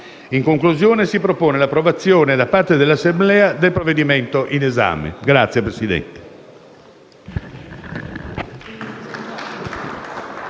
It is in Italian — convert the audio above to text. In conclusione, si propone l'approvazione da parte dell'Assemblea del provvedimento in esame. *(Applausi